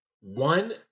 one